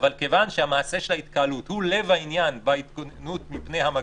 אבל כיוון שהמעשה של ההתקהלות הוא לב העניין בהתגוננות מפני המגפה,